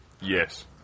Yes